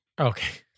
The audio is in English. Okay